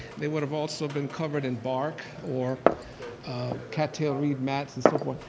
they would've also been covered in bark or cattail reed mats, and so forth.